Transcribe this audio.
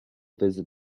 visit